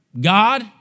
God